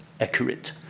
accurate